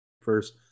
first